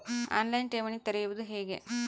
On line ಠೇವಣಿ ತೆರೆಯುವುದು ಹೇಗೆ?